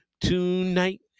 tonight